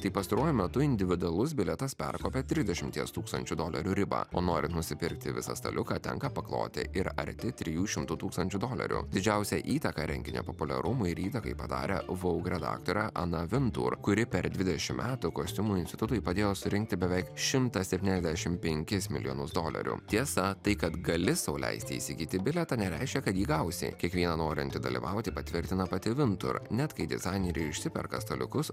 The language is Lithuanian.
tai pastaruoju metu individualus bilietas perkopė trisdešimties tūkstančių dolerių ribą o norint nusipirkti visą staliuką tenka pakloti ir arti trijų šimtų tūkstančių dolerių didžiausią įtaką renginio populiarumui ir įtakai padarė vaug redaktorė ana vintur kuri per dvidešim metų kostiumų institutui padėjo surinkti beveik šimtą septyniasdešim penkis milijonus dolerių tiesa tai kad gali sau leisti įsigyti bilietą nereiškia kad jį gausi kiekvieną norintį dalyvauti patvirtina pati vintur net kai dizaineriai išsiperka staliukus